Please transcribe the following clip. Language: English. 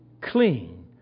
clean